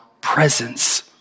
presence